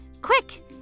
Quick